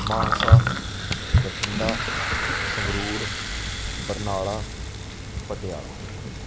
Mansa Bathinda Sangrur Barnala Patiala